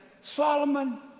Solomon